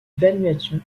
vanuatu